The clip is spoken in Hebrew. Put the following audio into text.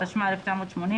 התשמ"א-1980,